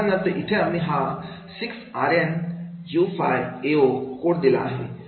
उदाहरणार्थ इथे आम्ही हा 6rnu5aO कोड दिलेला आहे